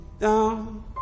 down